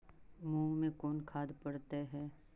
मुंग मे कोन खाद पड़तै है?